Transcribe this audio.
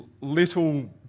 little